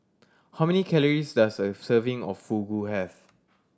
how many calories does a serving of Fugu have